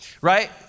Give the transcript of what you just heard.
right